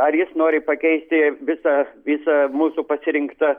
ar jis nori pakeisti visą visą mūsų pasirinktą